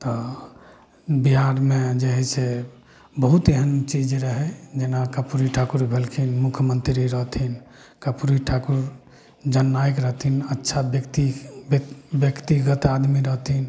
तऽ बिहारमे जे हइ से बहुत एहन चीज रहय जेना कर्पूरी ठाकुर भेलखिन मुख्यमन्त्री रहथिन कर्पूरी ठाकुर जननायक रहथिन अच्छा व्यक्ति व्यक्ति व्यक्तिगत आदमी रहथिन